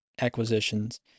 acquisitions